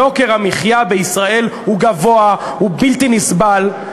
יוקר המחיה בישראל הוא גבוה והוא בלתי נסבל.